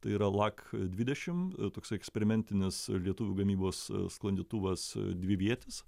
tai yra lak dvidešim toksai eksperimentinis lietuvių gamybos sklandytuvas dvivietis